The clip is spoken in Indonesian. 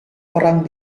orang